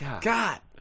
God